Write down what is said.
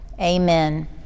amen